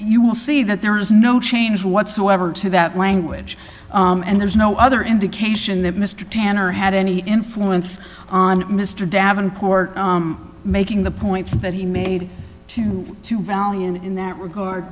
you will see that there is no change whatsoever to that language and there's no other indication that mr tanner had any influence on mr davenport making the points that he made to two valiant in that regard